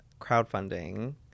crowdfunding